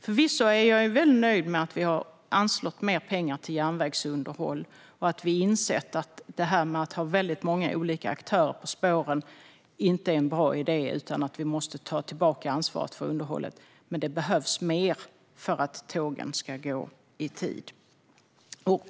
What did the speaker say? Förvisso är jag nöjd med att vi har anslagit mer pengar till järnvägsunderhåll och att vi insett att det här med att ha väldigt många olika aktörer på spåren inte är en bra idé utan att vi måste ta tillbaka ansvaret för underhållet, men det behövs mer för att tågen ska gå i tid.